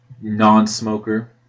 non-smoker